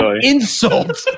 insult